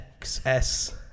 XS